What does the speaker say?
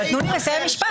אבל תנו לי לסיים משפט.